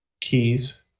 keys